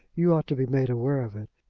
you ought to be made aware of it,